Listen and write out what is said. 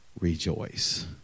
rejoice